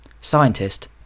scientist